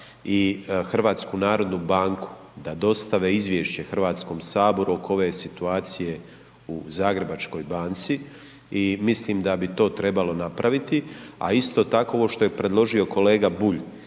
pranja novca i HNB da dostave izvješće Hrvatskom saboru oko ove situacije u Zagrebačkoj banci i mislim da bi to trebalo napraviti. A isto tako ovo što je predložio kolega Bulj,